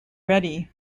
ready